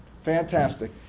Fantastic